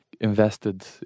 invested